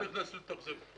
אני לא נכנס לזה.